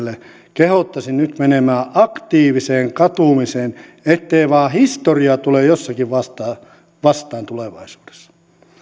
kehottaisin nyt menemään aktiiviseen katumiseen ettei vain historia tule jossakin vastaan tulevaisuudessa